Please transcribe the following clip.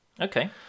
Okay